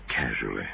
casually